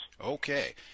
Okay